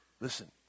listen